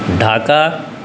Dhaka